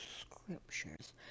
scriptures